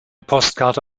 postkarte